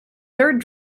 third